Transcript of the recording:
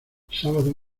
sábado